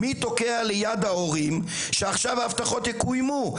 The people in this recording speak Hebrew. מי תוקע ליד ההורים שעכשיו ההבטחות יקוימו,